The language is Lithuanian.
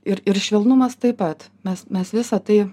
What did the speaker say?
ir ir švelnumas taip pat mes mes visa tai